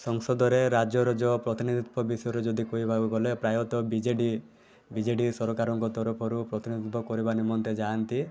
ସଂସଦରେ ରାଜ୍ୟର ଯେଉଁ ପ୍ରତିନିଧିତ୍ୱ ବିଷୟରେ ଯଦି କହିବାକୁ ଗଲେ ପ୍ରାୟତଃ B J D B J D ସରକାରଙ୍କ ତରଫରୁ ପ୍ରତିନିଧିତ୍ୱ କରିବା ନିମନ୍ତେ ଯାଆନ୍ତି